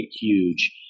huge